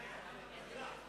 חבר הכנסת